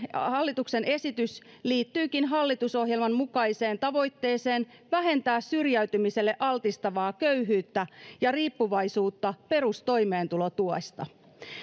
hallituksen esitys liittyykin hallitusohjelman mukaiseen tavoitteeseen vähentää syrjäytymiselle altistavaa köyhyyttä ja riippuvaisuutta perustoimeentulotuesta